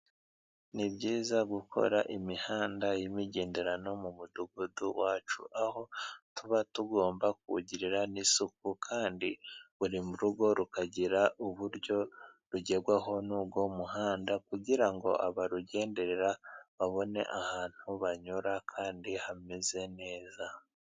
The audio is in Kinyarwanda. Ni byiza gukora imihanda y'imigenderano mu mudugudu wacu aho tuba tugomba kuwugirira n'isuku, kandi buri rugo rukagira uburyo rugerwaho n'ubwo muhanda kugira ngo abarugenderera babone ahantu banyura kandi hameze neza.